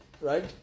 right